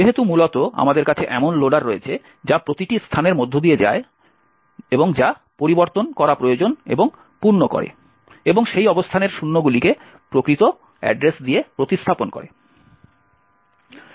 যেহেতু মূলত আমাদের কাছে এমন লোডার রয়েছে যা প্রতিটি স্থানের মধ্য দিয়ে যায় যা পরিবর্তন করা প্রয়োজন এবং পূর্ণ করে এবং সেই অবস্থানের শূন্যগুলিকে প্রকৃত অ্যাড্রেস দিয়ে প্রতিস্থাপন করে